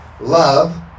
Love